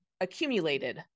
accumulated